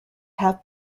have